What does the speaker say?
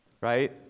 right